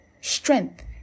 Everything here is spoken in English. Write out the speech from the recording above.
strength